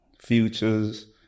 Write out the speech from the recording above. futures